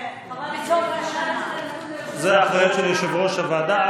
חברת הכנסת יודעת שזה נתון ליושב-ראש הוועדה.